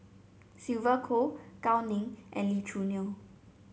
Sylvia Kho Gao Ning and Lee Choo Neo